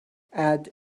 add